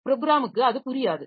ப்ரோக்ராமுக்கு அது புரியாது